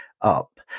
up